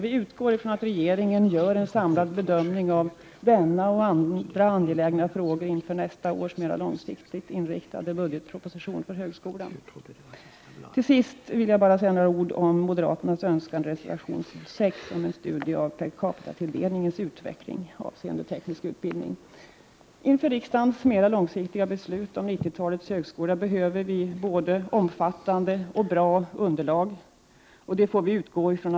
Vi utgår från att regeringen gör en samlad bedömning av denna och andra angelägna frågor inför nästa års mer långsiktigt inriktade proposition om budgeten för högskolan. Jag vill slutligen säga några ord om moderaternas önskan i reservation 6 om en studie av per capita-tilldelningens utveckling avseende teknisk utbildning. Inför riksdagens mer långsiktiga beslut om 90-talets högskola behöver vi ett både omfattande och bra underlag. Utskottet utgår från att vi får ett sådant.